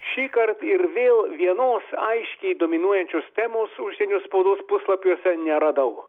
šįkart ir vėl vienos aiškiai dominuojančios temos užsienio spaudos puslapiuose neradau